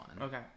Okay